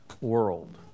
world